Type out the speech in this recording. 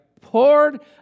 poured